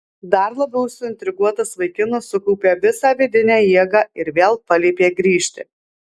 dar labiau suintriguotas vaikinas sukaupė visą vidinę jėgą ir vėl paliepė grįžti